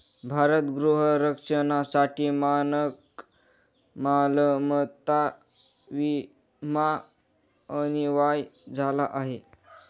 भारत गृह रक्षणासाठी मानक मालमत्ता विमा अनिवार्य झाला आहे